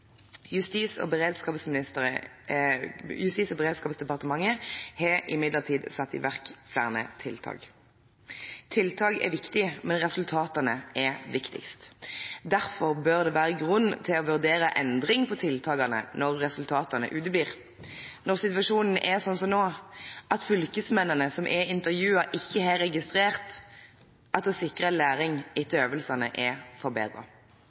Justis- og beredskapsdepartementet har imidlertid satt i verk flere tiltak. Tiltak er viktig, men resultatene er viktigst. Derfor bør det være grunn til å vurdere endring av tiltakene når resultatene uteblir og når situasjonen er sånn som nå, at fylkesmennene som er intervjuet, ikke har registrert at sikringen av læring etter øvelsene er